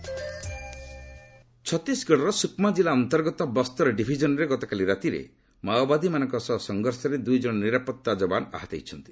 Chhattisgarh encounter ଛତିଶଗଡ଼ର ସୁକ୍ମା କିଲ୍ଲା ଅନ୍ତର୍ଗତ ବସ୍ତର ଡିଭିଜନ୍ରେ ଗତକାଲି ରାତିରେ ମାଓବାଦୀମାନଙ୍କ ସହ ସଂଘର୍ଷରେ ଦୁଇ ଜଣ ନିରାପତ୍ତା ଯବାନ ଆହତ ହୋଇଛନ୍ତି